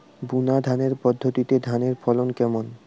বুনাধানের পদ্ধতিতে ধানের ফলন কেমন?